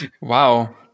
Wow